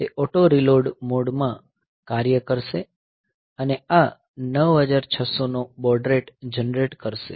તે auto reload mode માં કાર્ય કરશે અને આ 9600 નો બૉડ રેટ જનરેટ કરશે